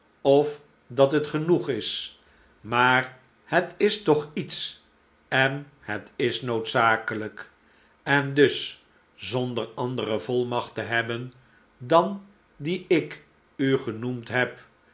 of dat het genoeg is maar het is toch iets en het is noodzakelijk en dus zonder andere volmacht te hebben dan die ik u genoemd heb